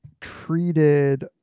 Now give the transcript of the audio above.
treated